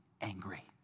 angry